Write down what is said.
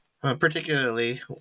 particularly